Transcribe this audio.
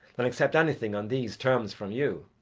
than accept anything on these terms from you.